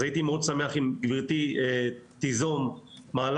אז הייתי מאוד שמח אם גברתי תיזום מהלך